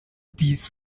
dies